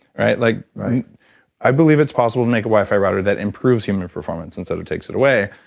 like i believe it's possible to make a wi-fi router that improves human performance instead of takes it away